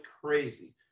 crazy